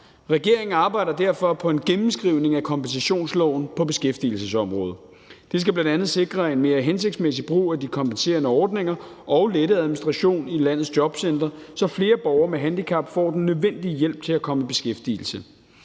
Regeringen arbejder derfor på en gennemskrivning af kompensationsloven på beskæftigelsesområdet. Det skal bl.a. sikre en mere hensigtsmæssig brug af de kompenserende ordninger og lette administrationen i landets jobcentre, så flere borgere med handicap får den nødvendige hjælp til at komme i beskæftigelse.